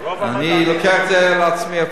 אני לוקח את זה על עצמי אפילו